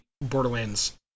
Borderlands